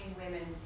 women